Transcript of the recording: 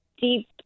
deep